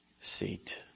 seat